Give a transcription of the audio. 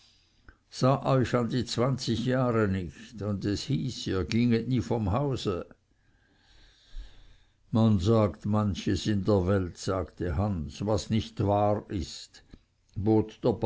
sah euch an die zwanzig jahre nicht und es hieß ihr ginget nie vom hause man sagt manches in der welt sagte hans was nicht wahr ist